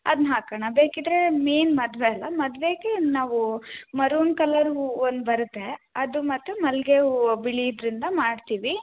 ಅದ್ನ ಹಾಕಣ ಬೇಕಿದ್ದರೆ ಮೇನ್ ಮದುವೆ ಅಲ್ಲಾ ಮದುವೆಗೆ ನಾವು ಮರೂನ್ ಕಲ್ಲರ್ ಹೂವ ಒಂದು ಬರತ್ತೆ ಅದು ಮತ್ತು ಮಲ್ಲಿಗೆ ಹೂವ ಬಿಳಿ ಇದರಿಂದ ಮಾಡ್ತೀವಿ